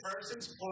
person's